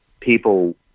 people